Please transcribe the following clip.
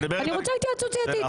את מדברת --- אני רוצה התייעצות סיעתית.